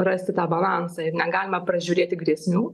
rasti tą balansą ir negalima pražiūrėti grėsmių